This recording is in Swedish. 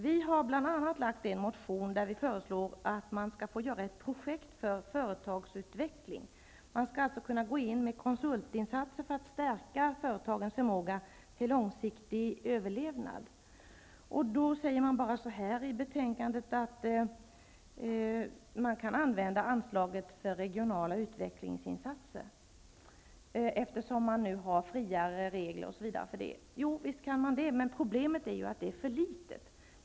Vi har bl.a. lagt fram en motion, där vi föreslår att man skall få starta ett projekt för företagsutveckling. Man skall alltså kunna gå in med konsultinsatser för att stärka företagens förmåga till långsiktig överlevnad. I betänkandet säger man bara att anslaget kan användas för regionala utvecklingsinsater, eftersom man nu har friare regler för sådant. Visst kan man det, men problemet är att det anslaget är för litet.